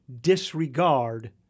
disregard